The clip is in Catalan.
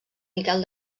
miquel